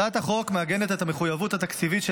הצעת החוק מעגנת את המחויבות התקציבית של